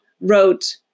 wrote